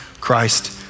Christ